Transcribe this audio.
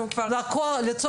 אנחנו כבר על זה.